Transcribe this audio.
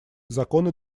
законы